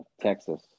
Texas